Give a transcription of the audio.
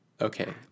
okay